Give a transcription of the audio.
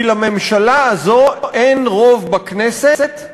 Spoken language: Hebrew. כי לממשלה הזו אין רוב בכנסת,